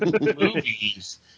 movies